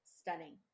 stunning